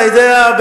אתה יודע,